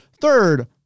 Third